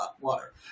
water